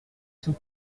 sous